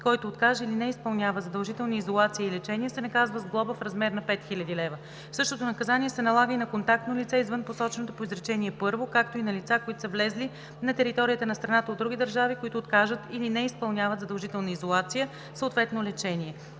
който откаже или не изпълнява задължителна изолация и лечение, се наказва с глоба в размер на 5000 лв. Същото наказание се налага и на контактно лице, извън посоченото по изречение първо, както и на лица, които са влезли на територията на страната от други държави, които откажат или не изпълняват задължителна изолация, съответно лечение.